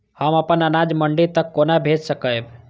हम अपन अनाज मंडी तक कोना भेज सकबै?